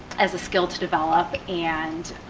as a skill to develop and